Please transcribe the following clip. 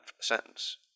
sentence